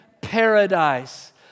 paradise